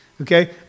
okay